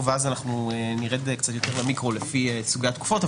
ואז נרד קצת יותר למיקרו לפי סוגי התקופות.